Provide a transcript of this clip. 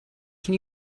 can